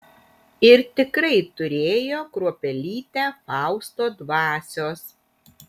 ir tikrai turėjo kruopelytę fausto dvasios